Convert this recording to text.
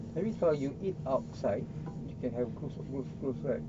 tapi kalau you eat outside you can have groups groups groups right